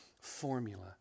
formula